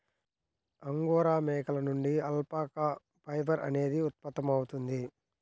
angora మేకల నుండి alpaca fibre అనేది ఉత్పత్తవుతుంది